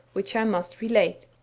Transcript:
which i must relate.